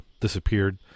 disappeared